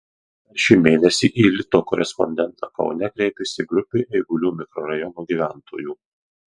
dar šį mėnesį į lito korespondentą kaune kreipėsi grupė eigulių mikrorajono gyventojų